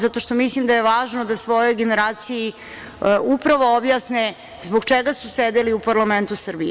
Zato što mislim da je važno da svojoj generaciji upravo objasne zbog čega su sedeli u parlamentu Srbije.